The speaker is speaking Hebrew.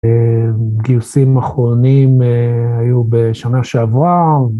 גיוסים אחרונים היו בשנה שעברה.